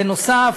בנוסף,